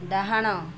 ଡାହାଣ